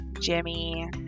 Jimmy